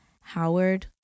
Howard